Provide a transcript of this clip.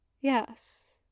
Yes